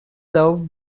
served